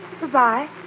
Goodbye